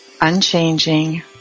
unchanging